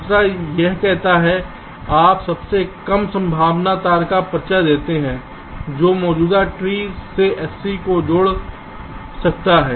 दूसरा एक कहता है आप सबसे कम संभव तार का परिचय देते हैं जो मौजूदा ट्री से sc को जोड़ सकता है